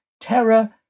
Terror